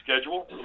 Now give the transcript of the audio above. schedule